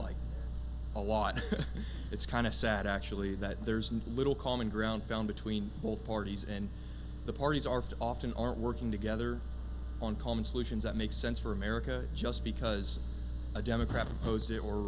like a lot it's kind of sad actually that there's and little common ground down between both parties and the parties are often are working together on common solutions that make sense for america just because a democrat o